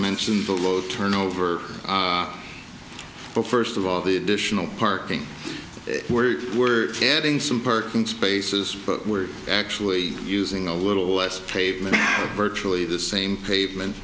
mentioned below turnover but first of all the additional parking where we're getting some parking spaces but we're actually using a little less pavement virtually the same pavement